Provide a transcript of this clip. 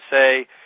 say